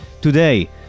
Today